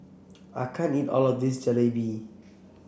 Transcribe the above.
I can't eat all of this Jalebi